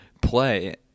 play